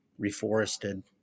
reforested